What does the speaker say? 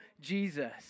Jesus